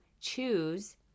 choose